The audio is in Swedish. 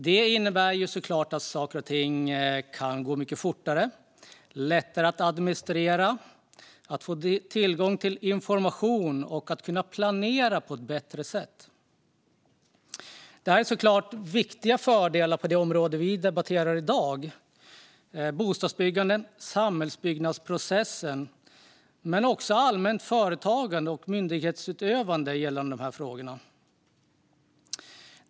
Det innebär att saker och ting kan gå mycket fortare och att det blir lättare att administrera, få tillgång till information och kunna planera på ett bättre sätt. Detta är viktiga fördelar på det område som vi debatterar i dag - bostadsbyggande, samhällsbyggnadsprocessen men också allmänt företagande och myndighetsutövning gällande dessa frågor.